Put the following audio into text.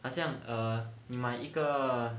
好像 err 你买一个